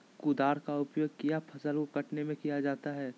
कुदाल का उपयोग किया फसल को कटने में किया जाता हैं?